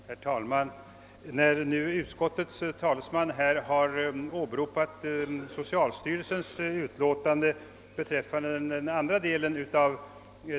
Herr talman! När nu utskottets talesman har åberopat socialstyrelsens utlåtande beträffande den andra delen av.